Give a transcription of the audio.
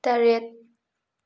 ꯇꯔꯦꯠ